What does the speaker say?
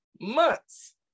months